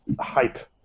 hype